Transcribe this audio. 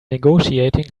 negotiating